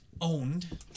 owned